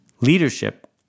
Leadership